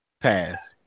Pass